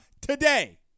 today